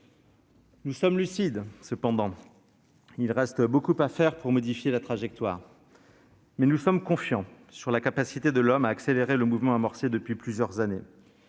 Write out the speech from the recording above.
Restons lucides cependant : beaucoup reste à faire pour modifier la trajectoire. Mais nous sommes confiants en la capacité de l'homme à accélérer le mouvement amorcé depuis plusieurs années.